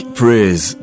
praise